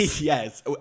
Yes